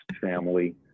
family